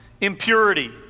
impurity